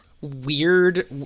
weird